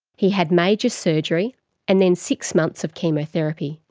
he had major surgery and then six months of chemotherapy.